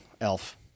elf